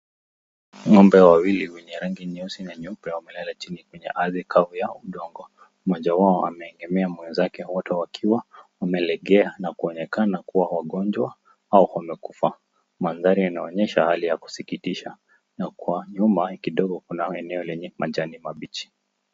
Ng'ombe wawili wenye rangi nyeusi na nyeupe wamelala chini kwenye ardhi kavu ya udongo. Mmoja wao ameegemea mwenzake wote wakiwa wamelegea na kuonekana kuwa wagonjwa au wamekufa. Mandhari inaonyesha hali ya kusikitisha na kwa nyuma kidogo kuna eneo lenye majani mabichi.